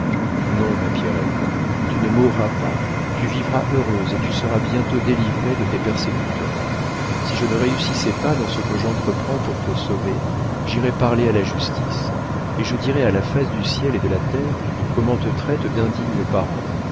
non ma pierrette tu ne mourras pas tu vivras heureuse et tu seras bientôt délivrée de tes persécuteurs si je ne réussissais pas dans ce que j'entreprends pour te sauver j'irais parler à la justice et je dirais à la face du ciel et de la terre comment te traitent d'indignes parents